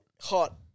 Hot